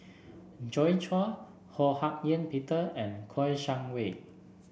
Joi Chua Ho Hak Ean Peter and Kouo Shang Wei